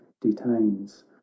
detains